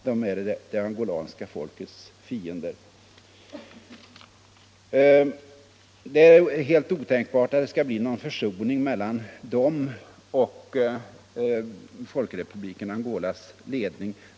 De är det angolanska folkets fiender. Det är helt otänkbart att det skall bli någon försoning mellan dem och Folkrepubliken Angolas ledning.